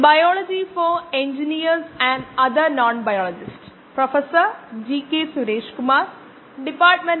bio റിയാക്ടറുകളെക്കുറിച്ചുള്ള ഈ NPTEL online certification കോഴ്സിലെ പ്രഭാഷണം 6 ലേക്ക് സ്വാഗതം